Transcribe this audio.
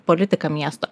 politika miesto